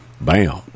Bam